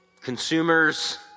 consumers